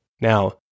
Now